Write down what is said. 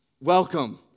Welcome